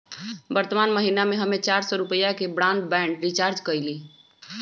वर्तमान महीना में हम्मे चार सौ रुपया के ब्राडबैंड रीचार्ज कईली